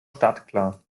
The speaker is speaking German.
startklar